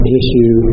issue